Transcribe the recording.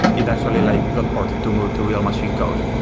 it actually like got ported to move to real machine code.